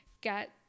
get